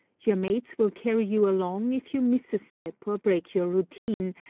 your mates will carry you along if you miss a step or break your routine,